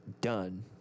done